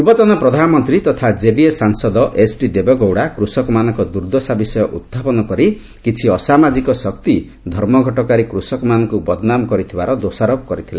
ପୂର୍ବତନ ପ୍ରଧାନମନ୍ତ୍ରୀ ତଥା ଜେଡିଏସ୍ ସାଂସଦ ଏଚ୍ଡି ଦେବଗୌଡ଼ା କୃଷକମାନଙ୍କ ଦୁର୍ଦ୍ଦଶା ବିଷୟ ଉହ୍ରାପନ କରି କିଛି ଅସାମାଜିକ ଶକ୍ତି ଧର୍ମଘଟକାରୀ କୃଷକମାନଙ୍କୁ ବଦନାମ କରିଥିବାର ଦୋଷାରୋପ କରିଥିଲେ